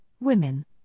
women